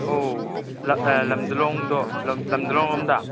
ꯑꯧ ꯂꯝꯗꯂꯣꯡꯗꯣ ꯂꯝꯗꯂꯣꯡꯂꯣꯝꯗ